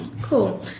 Cool